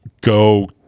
go